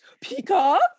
peacock